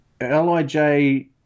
Lij